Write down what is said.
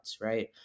right